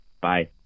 Bye